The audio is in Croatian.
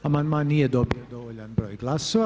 Amandman nije dobio dovoljan broj glasova.